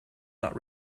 not